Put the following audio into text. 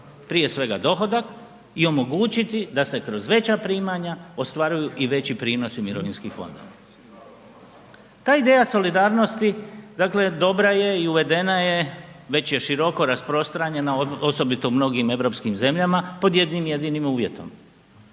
prije svega dohodak i omogućiti da se kroz veća primanja ostvaruju i veći prinosi mirovinskih fondova. Ta ideja solidarnosti dobra je i uvedena je, već je široko rasprostranjena osobito u mnogim europskim zemljama, pod jednim jedinim uvjetom,